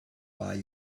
buy